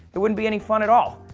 it wouldn't be any fun at all.